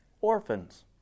Orphans